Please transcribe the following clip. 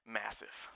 massive